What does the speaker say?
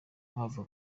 mpamvu